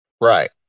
Right